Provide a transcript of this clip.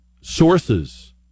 sources